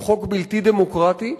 הוא חוק בלתי דמוקרטי,